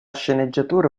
sceneggiatura